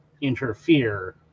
interfere